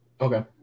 Okay